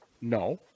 No